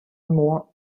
more